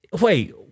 wait